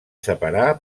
separar